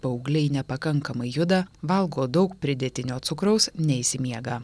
paaugliai nepakankamai juda valgo daug pridėtinio cukraus neišsimiega